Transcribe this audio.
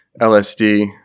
LSD